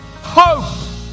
Hope